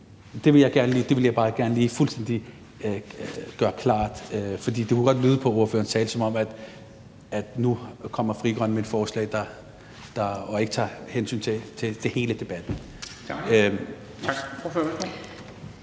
Det vil jeg bare gerne gøre fuldstændig klart, for det kunne godt lyde på ordførerens tale, som om nu kommer Frie Grønne med et forslag, der ikke tager hensyn til hele debatten. Kl.